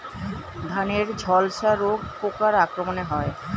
ধানের ঝলসা রোগ পোকার আক্রমণে হয়?